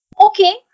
Okay